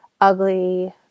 ugly